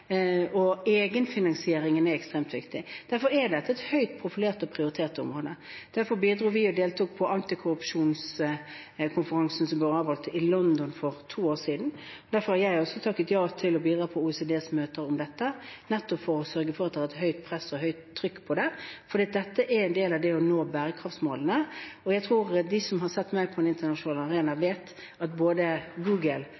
og egenfinansieringen er ekstremt viktig. Derfor er dette et høyt profilert og prioritert område. Derfor bidro vi og deltok på antikorrupsjonskonferansen som ble avholdt i London for to år siden. Og derfor har jeg også takket ja til å bidra på OECDs møter om dette, nettopp for å sørge for at det er et høyt trykk på dette, for dette er en del av det å nå bærekraftsmålene. Jeg tror at de som har sett meg på den internasjonale arena, vet at både Google,